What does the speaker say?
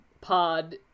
Pod